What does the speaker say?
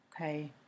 okay